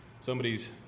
somebody's